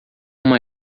uma